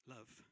Love